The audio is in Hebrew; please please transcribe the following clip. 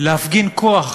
להפגין כוח,